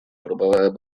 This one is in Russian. правовая